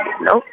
Nope